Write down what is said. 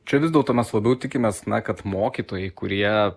čia vis dėlto mes labiau tikimės kad mokytojai kurie